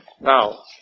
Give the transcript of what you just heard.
Now